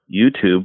YouTube